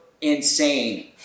insane